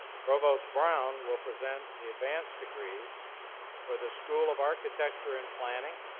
provost brown will present the advanced degrees for the school of architecture and planning,